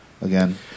Again